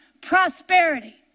prosperity